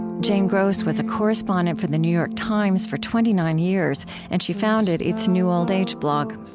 jane gross was a correspondent for the new york times for twenty nine years, and she founded its new old age blog.